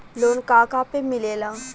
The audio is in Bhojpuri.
लोन का का पे मिलेला?